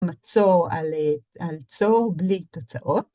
מצור על צור בלי תוצאות.